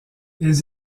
les